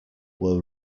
were